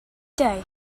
day